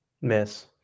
Miss